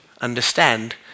understand